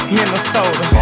Minnesota